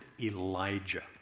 Elijah